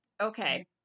Okay